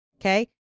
Okay